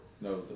No